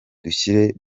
dushyire